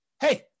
hey